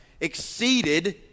exceeded